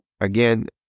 Again